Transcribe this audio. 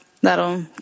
that'll